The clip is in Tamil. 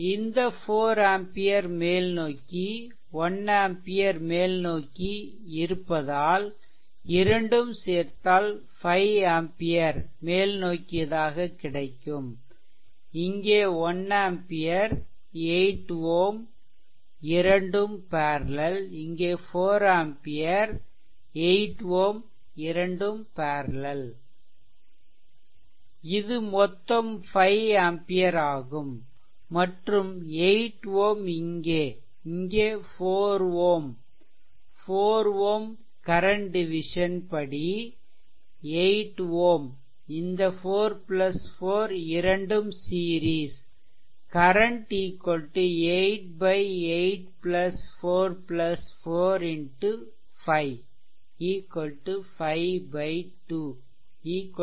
இங்கே 4 ampere மேல்நோக்கி 1 ampere மேல்நோக்கி இருப்பதால் இரண்டும் சேர்த்தால் 5 ஆம்பியர் மேல் நோக்கியதாக கிடைக்கும்இங்கே 1 ஆம்பியர் 8 Ω இரண்டும் பேர்லெல் இங்கே 4 ஆம்பியர் 44 8 Ω இரண்டும் பேர்லெல் இது மொத்தம் 5 ஆம்பியர் ஆகும் மற்றும் 8 Ω இங்கே இங்கே 4 Ω 4 Ω கரன்ட் டிவிசன் படி 8 Ω இந்த 44 இரண்டும் சீரிஸ் கரன்ட் 8844 x 5 52 2